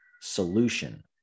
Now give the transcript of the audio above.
solution